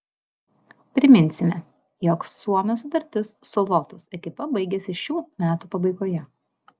priminsime jog suomio sutartis su lotus ekipa baigiasi šių metų pabaigoje